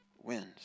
wins